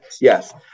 yes